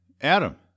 Adam